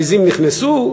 העזים נכנסו,